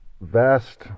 vast